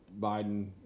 Biden